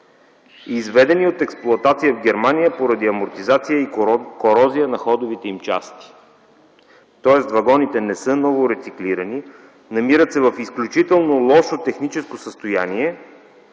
„изведени от експлоатация в Германия поради амортизация и корозия на ходовите им части”, тоест вагоните не са новорециклирани, намират се в изключително лошо техническо състояние,